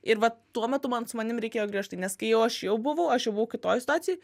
ir vat tuo metu man su manim reikėjo griežtai nes kai jau aš jau buvau aš jau buvau kitoj situacijoj